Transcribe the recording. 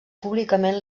públicament